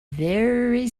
very